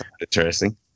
Interesting